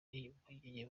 impuguke